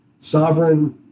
sovereign